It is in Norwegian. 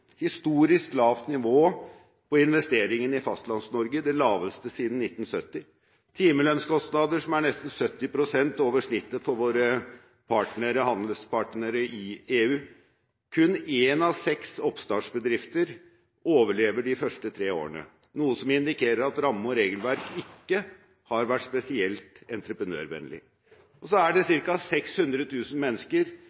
historisk lavt nivå på investeringene i Fastlands-Norge: det laveste siden 1970 timelønnskostnader som er nesten 70 pst. over snittet for våre handelspartnere i EU kun én av seks oppstartbedrifter overlever de første tre årene, noe som indikerer at ramme- og regelverk ikke har vært spesielt entreprenørvennlige cirka 600 000 mennesker står helt eller delvis utenfor det